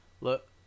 Look